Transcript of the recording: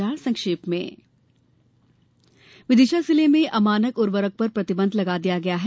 समाचार संक्षेप में विदिशा जिले में अमानक उर्वरक पर प्रतिबंध लगा दिया गया है